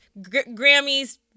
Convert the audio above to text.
Grammys